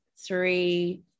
three